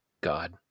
god